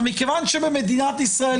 מכיוון שבמדינת ישראל,